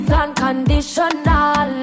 unconditional